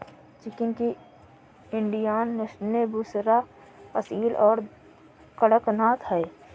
chicken की Indian नस्लें बुसरा, असील और कड़कनाथ हैं